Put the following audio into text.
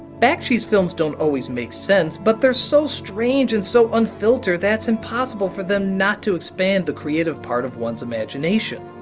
bakshi's films don't always make sense, but they're so strange and so unfiltered that it's impossible for them not to expand the creative part of one's imagination.